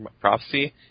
Prophecy